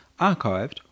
archived